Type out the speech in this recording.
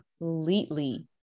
completely